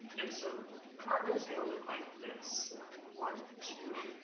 and so carbon's gonna look like this one, two,